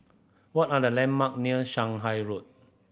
what are the landmark near Shanghai Road